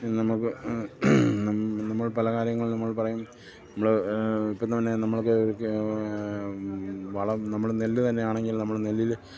നമുക്ക് നമ്മൾ പല കാര്യങ്ങൾ നമ്മൾ പറയും നമ്മൾ ഇപ്പം തന്നെ നമ്മൾക്ക് വളം നമ്മൾ നെല്ലിൽ തന്നെയാണെങ്കിൽ നമ്മൾ നെല്ലിൽ